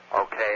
Okay